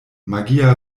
magia